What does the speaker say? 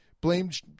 blamed